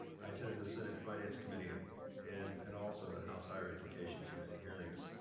i attended the senate finance committee and and and also the house higher education committee hearings.